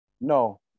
No